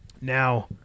Now